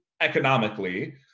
economically